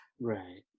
right